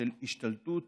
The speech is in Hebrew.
של השתלטות